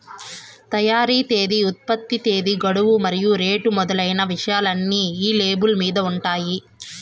తయారీ తేదీ ఉత్పత్తి తేదీ గడువు మరియు రేటు మొదలైన విషయాలన్నీ ఈ లేబుల్ మీద ఉంటాయి